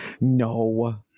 No